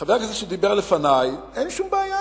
לחבר הכנסת שדיבר לפני אין שום בעיה.